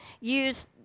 use